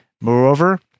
Moreover